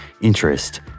interest